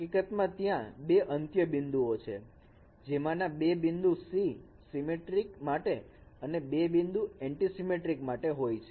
હકીકતમાં ત્યાં બે અન્ત્ય બિંદુઓ છે જેમાંના બે બિંદુ સી સીમેટ્રિક માટે અને બીજા બે બિંદુ એન્ટ્રીસીમેટ્રિક માટે હોય છે